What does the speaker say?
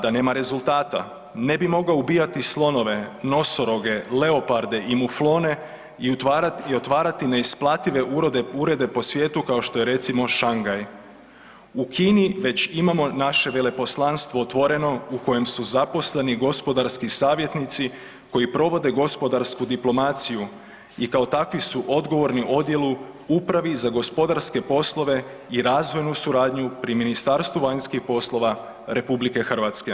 Da nema rezultata ne bi mogao ubijati slonove, nosoroge, leoparde i muflone i otvarati neisplative urede po svijetu kao što je recimo Shanghai u Kini već imamo naše veleposlanstvo otvoreno u kojem su zaposleni gospodarski savjetnici koji provode gospodarsku diplomaciju i kao takvi su odgovorni odjelu, Upravi za gospodarske poslove i razvojnu suradnju pri Ministarstvu vanjskih poslova RH.